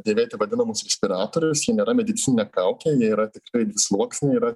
dėvėti vadinamus respiratorius jie nėra medicininė kaukė jie yra tikrai dvisluoksniai yra